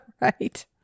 Right